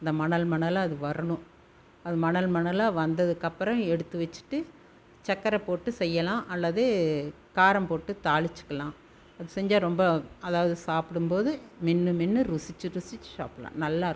அந்த மணல் மணலாக வரணும் அது மணல் மணலாக வந்ததுக்கப்புறம் எடுத்து வச்சுட்டு சர்க்கர போட்டு செய்யலாம் அல்லது காரம் போட்டு தாளிச்சுக்குலாம் அப்படி செஞ்சால் ரொம்ப அதாவது சாப்பிடும் போது மென்று மென்று ருசிச்சு ருசிச்சு சாப்பிடலாம் நல்லாயிருக்கும்